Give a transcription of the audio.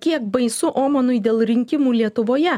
kiek baisu omanui dėl rinkimų lietuvoje